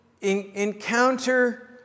encounter